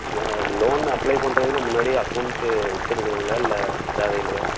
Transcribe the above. இல்லை loan apply பண்ணுறதுக்கு முன்னாடியே அக்கௌன்ட்டு வச்சுருக்கணுங்களா இல்லை தேவை இல்லையா